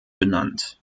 benannt